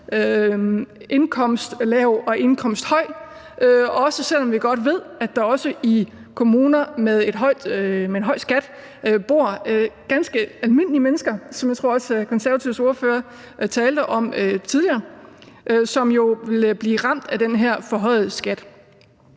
indkomstlav og indkomsthøj, også selv om vi godt ved, at der også i kommuner med en høj skat bor ganske almindelige mennesker, som jeg tror at også Konservatives ordfører talte om tidligere, som jo ville blive ramt af den her forhøjede skat.